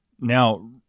Now